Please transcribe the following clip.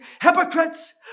hypocrites